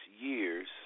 years